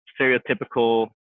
stereotypical